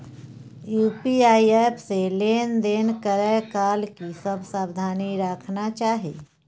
UPI app से लेन देन करै काल की सब सावधानी राखना चाही?